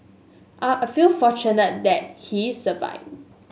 are a feel fortunate that he survived